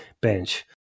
bench